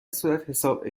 صورتحساب